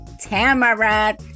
Tamara